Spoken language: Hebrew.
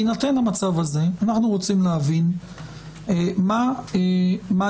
בהינתן המצב הזה אנחנו רוצים להבין מה יש